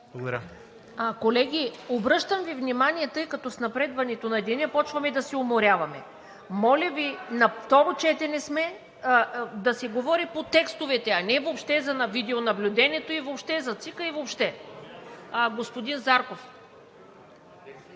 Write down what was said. ДОНЧЕВА: Колеги, обръщам Ви внимание, тъй като с напредването на деня започваме да се уморяваме. Моля Ви, на второ четене сме – да се говори по текстовете, а не въобще за видеонаблюдението, въобще за ЦИК и въобще. Господин Зарков.